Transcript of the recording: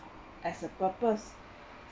as a purpose